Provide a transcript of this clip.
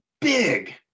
big